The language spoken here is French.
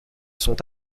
sont